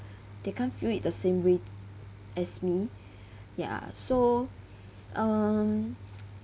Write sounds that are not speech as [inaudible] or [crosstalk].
they can't feel it the same way as me [breath] ya so um